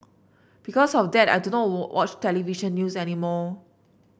because of that I do not watch television news anymore